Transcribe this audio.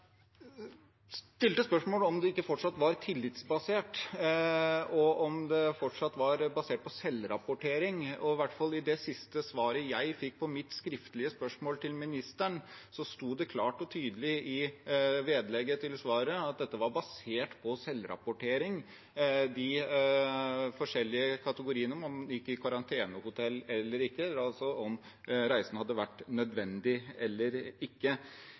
stilte spørsmål om det ikke fortsatt var tillitsbasert, og om det fortsatt var basert på selvrapportering. I hvert fall i det siste svaret jeg fikk på mitt skriftlige spørsmål til ministeren, sto det klart og tydelig i vedlegget til svaret at dette var basert på selvrapportering, de forskjellige kategoriene for om man skulle i karantenehotell eller ikke, og om reisen hadde vært nødvendig eller ikke.